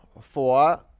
Four